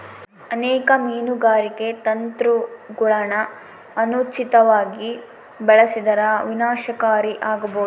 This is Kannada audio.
ಅನೇಕ ಮೀನುಗಾರಿಕೆ ತಂತ್ರಗುಳನ ಅನುಚಿತವಾಗಿ ಬಳಸಿದರ ವಿನಾಶಕಾರಿ ಆಬೋದು